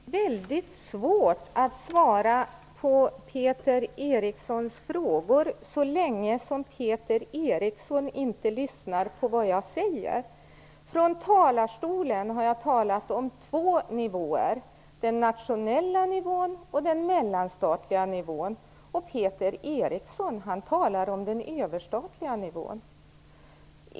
Fru talman! Det blir mycket svårt att svara på Peter Erikssons frågor så länge Peter Eriksson inte lyssnar på det jag säger. Från talarstolen har jag talat om två nivåer. Den nationella nivån och den mellanstatliga nivån. Peter Eriksson talar om den överstatliga nivån.